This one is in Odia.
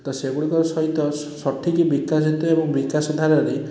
ତ ସେଗୁଡ଼ିକ ସହିତ ସଠିକ ବିକଶିତ ଏବଂ ବିକାଶ ଧାରାରେ